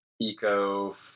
eco